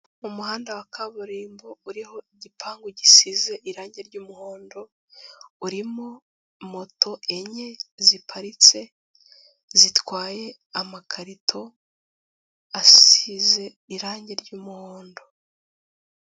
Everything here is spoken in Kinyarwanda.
Umuhanda wa kaburimbo uriho igipangu gisize irange ry'umuhondo, urimo moto enye ziparitse zitwaye amakarito asize irange ry'umuhondo.